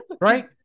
right